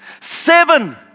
Seven